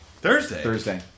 Thursday